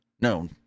no